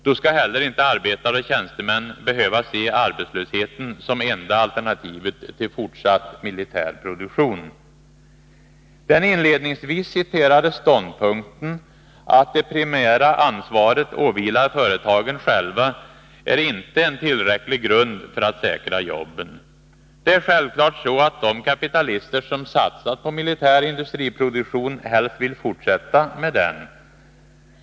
Då skall inte arbetare och tjänstemän behöva se arbetslösheten som det enda alternativet till fortsatt militär produktion. Den inledningsvis citerade ståndpunkten — att det primära ansvaret åvilar företagen själva — är inte en tillräcklig grund för att säkra jobben. Det är självfallet så att de kapitalister som satsat på militär industriproduktion helst vill fortsätta med den.